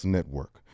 Network